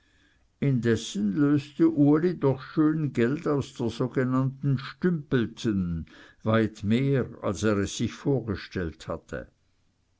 indessen löste uli doch schön geld aus der sogenannten stümpelten weit mehr als er sich vorgestellt hatte